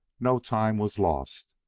no time was lost.